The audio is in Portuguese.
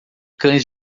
cães